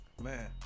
Man